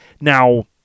Now